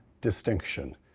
distinction